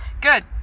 Good